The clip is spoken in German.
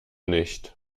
nicht